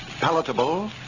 Palatable